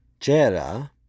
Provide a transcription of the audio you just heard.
Jera